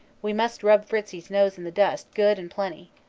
we must rub fritzie's nose in the dust good and plenty.